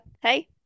hey